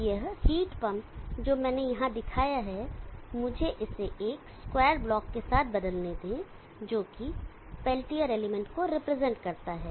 अब यह heat pump जो मैंने यहाँ दिखाया है मुझे इसे एक स्क्वायर ब्लॉक के साथ बदलने दें जो कि पेल्टियर एलिमेंट को रिप्रेजेंट करता है